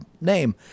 name